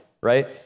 right